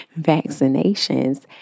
vaccinations